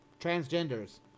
transgenders